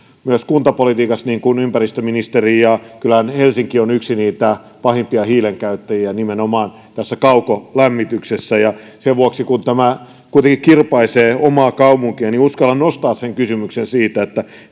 kuntapolitiikassa niin kuin ympäristöministeri ja kyllähän helsinki on yksi pahimpia hiilen käyttäjiä nimenomaan kaukolämmityksessä ja sen vuoksi kun tämä kuitenkin kirpaisee omaa kaupunkiani uskallan nostaa kysymyksen siitä